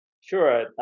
Sure